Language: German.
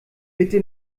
bitte